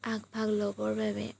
আগভাগ ল'বৰ বাবে